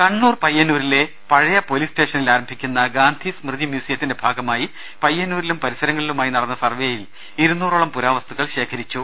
കണ്ണൂർ പയ്യന്നൂരില്ലെ പഴയ പോലീസ് സ്റ്റേഷനിൽ ആരംഭിക്കുന്ന ഗാന്ധി സ്മൃതി മ്യൂസിയത്തിന്റെ ഭാഗമായി പയ്യന്നൂരിലും പരിസരങ്ങളിലുമായി നടന്ന സർവേയിൽ ഇരുന്നൂറോളം പുരാവസ്തുക്കൾ ശേഖരിച്ചു